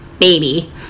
baby